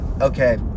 okay